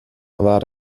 war